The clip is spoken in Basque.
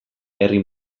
herri